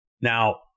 Now